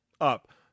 up